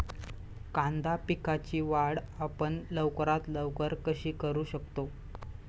कांदा पिकाची वाढ आपण लवकरात लवकर कशी करू शकतो?